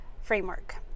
framework